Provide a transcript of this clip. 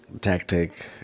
tactic